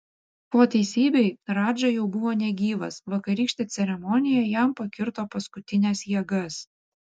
po teisybei radža jau buvo negyvas vakarykštė ceremonija jam pakirto paskutines jėgas